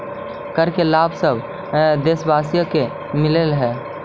कर के लाभ सब देशवासी के मिलऽ हइ